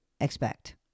expect